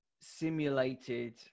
simulated